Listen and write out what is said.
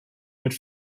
mit